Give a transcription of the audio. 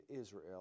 Israel